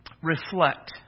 reflect